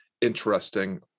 interesting